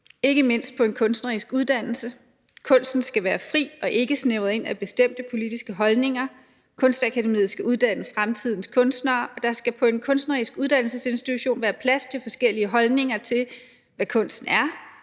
ikke mindst på en kunstnerisk uddannelse. Kunsten skal være fri og ikke snævret ind af bestemte politiske holdninger. Kunstakademiet skal uddanne fremtidens kunstnere, og der skal på en kunstnerisk uddannelsesinstitution være plads til forskellige holdninger til, hvad kunsten er,